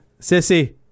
sissy